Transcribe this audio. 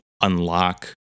unlock